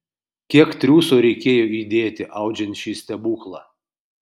kiek triūso reikėjo įdėti audžiant šį stebuklą